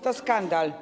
To skandal.